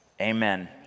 Amen